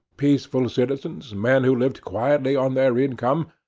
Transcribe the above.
peaceful citizens, men who lived quietly on their income,